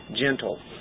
gentle